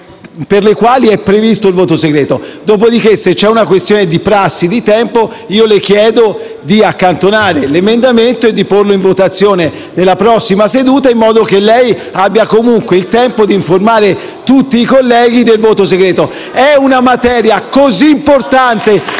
per le quali è previsto il voto segreto. Dopodiché, se c'è una questione di prassi e di tempo, io le chiedo di accantonare l'emendamento e di porlo in votazione nella prossima seduta, in modo che lei abbia comunque il tempo di informare tutti i colleghi del voto segreto. È una materia così importante,